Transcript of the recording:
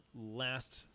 last